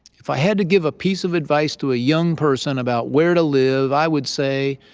if i had to give a piece of advice to a young person about where to live, i would say,